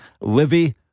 Livy